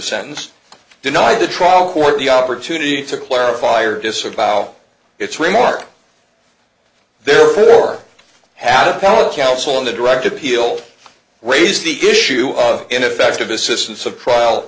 sentence denied the trial court the opportunity to clarify or disavow its remarks therefore have power counsel and a direct appeal raised the issue of ineffective assistance of trial